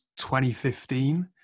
2015